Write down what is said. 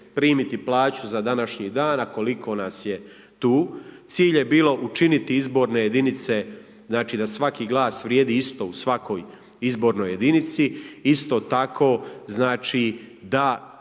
primiti plaću za današnji dan a koliko nas je tu. Cilj je bilo učiniti izborne jedinice znači da svaki glas vrijedi isto u svakoj izbornoj jedinici. Isto tako znači da